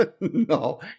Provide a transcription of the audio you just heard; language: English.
No